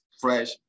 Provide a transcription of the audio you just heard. fresh